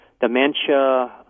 Dementia